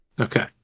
Okay